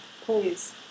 Please